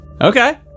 Okay